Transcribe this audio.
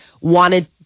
wanted